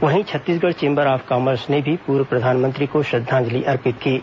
वहीं Chhattisgarh chamber of commerce ने भी पूर्व प्रधानमंत्री को श्रद्धांजलि अर्पित की है